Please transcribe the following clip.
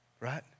right